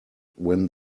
when